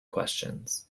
questions